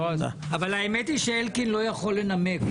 האמת היא שאלקין לא יכול לנמק.